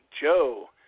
Joe